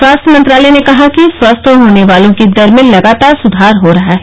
स्वास्थ्य मंत्रालय ने कहा कि स्वस्थ होने वालों की दर में लगातार सुधार हो रहा है